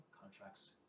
contracts